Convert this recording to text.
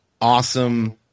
awesome